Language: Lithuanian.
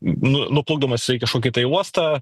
n nu nuplukdomas jisai į kažkokį tai uostą